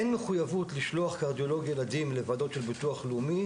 אין מחויבות לשלוח קרדיולוג ילדים לוועדות של ביטוח לאומי